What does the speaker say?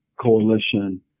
coalition